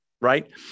right